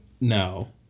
No